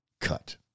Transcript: cut